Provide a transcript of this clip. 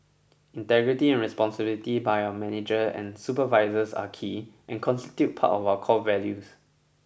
integrity and responsibility by our manager and supervisors are key and constitute part of our core values